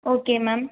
okay ma'am